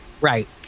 Right